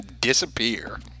disappear